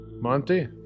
Monty